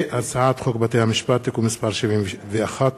הצעת חוק בתי-המשפט (תיקון מס' 71),